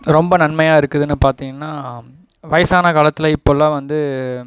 ரொம்ப நன்மையாக இருக்குதுனு பார்த்திங்கன்னா வயதான காலத்தில் இப்போல்லாம் வந்து